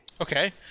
Okay